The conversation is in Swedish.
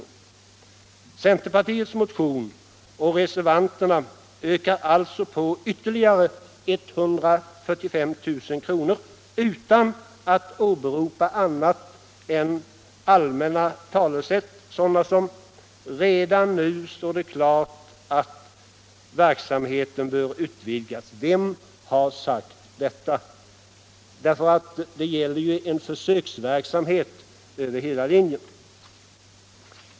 I centerpartiets motion och i reservationen ökar man alltså på ytterligare 145 000 kr. utan att åberopa annat än allmänna talesätt, sådana som: ”Redan nu står det dock klart att det är önskvärt” att verksamheten kan utvidgas. Vem har sagt detta? Det gäller ju en försöksverksamhet över hela linjen.